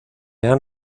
han